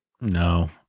No